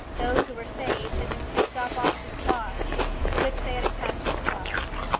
those who were saved had been picked up off the spars to which they had attached themselves.